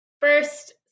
first